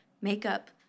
makeup